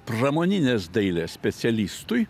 pramoninės dailės specialistui